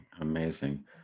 amazing